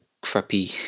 crappy